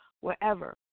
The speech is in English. wherever